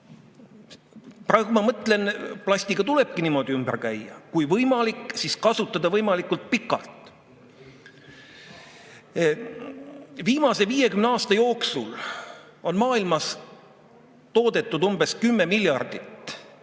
Praegu ma mõtlen, et plastiga tulebki niimoodi ümber käia: kui võimalik, siis kasutada võimalikult pikalt. Viimase 50 aasta jooksul on maailmas toodetud 10 miljardit